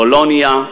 בולוניה,